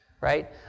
Right